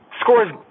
scores